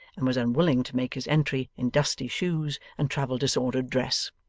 and was unwilling to make his entry in dusty shoes, and travel-disordered dress.